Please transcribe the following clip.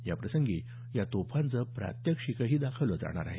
याप्रसंगी या तोफांचं प्रात्यक्षिकही दाखवलं जाणार आहे